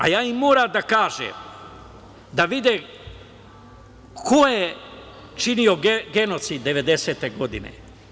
A ja moram da im kažem da vide ko je činio genocid 90-te godine.